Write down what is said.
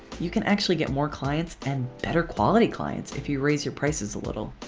you can actually get more clients and better quality clients if you raise your prices a little.